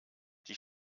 die